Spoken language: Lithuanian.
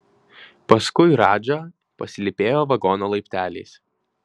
paskui radža pasilypėjo vagono laipteliais